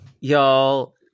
Y'all